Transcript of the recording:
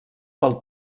pel